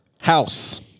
House